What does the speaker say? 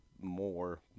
more